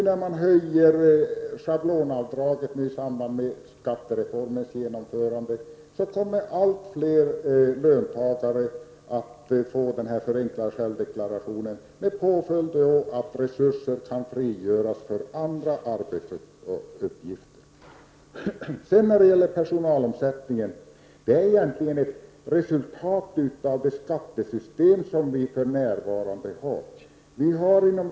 När nu schablonavdraget höjs i samband med genomförandet av skattereformen, kommer allt fler löntagare att kunna använda den förenklade självdeklarationen med det resultatet, att resurser kan frigöras för andra uppgifter. Vidare vill jag säga att personalomsättningen egentligen är ett resultat av det skattesystem som vi för närvarande har.